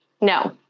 No